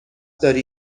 داری